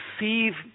receive